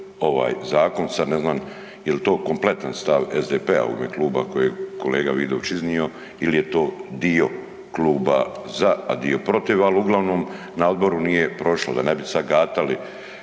ovaj zakon, sad ne znan jel to kompletan stav SDP-a u ime kluba kojeg je kolega Vidović iznio il je to dio kluba za, a dio protiv, al uglavnom na odboru nije prošlo da ne bi sad gatali